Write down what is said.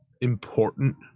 important